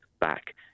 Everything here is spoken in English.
back